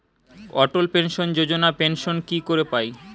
অটল pension Yojana pension কি করে পায়?